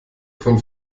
von